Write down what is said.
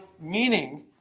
Meaning